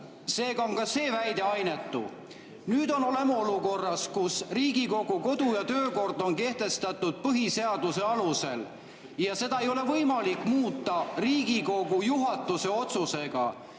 Seega on ka see väide ainetu. Nüüd oleme olukorras, kus Riigikogu kodu- ja töökord on kehtestatud põhiseaduse alusel ja seda ei ole võimalik muuta Riigikogu juhatuse otsusega.